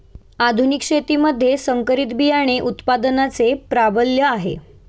आधुनिक शेतीमध्ये संकरित बियाणे उत्पादनाचे प्राबल्य आहे